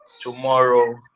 tomorrow